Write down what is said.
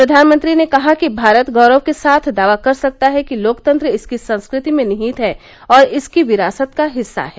प्रधानमंत्री ने कहा कि भारत गौरव के साथ दावा कर सकता है कि लोकतंत्र इसकी संस्कृति में निहित है और इसकी विरासत का हिस्सा है